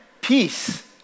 peace